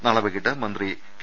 നാളെ വൈകിട്ട് മന്ത്രി കെ